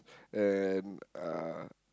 and uh